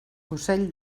ocell